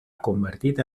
convertit